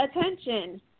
attention